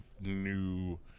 new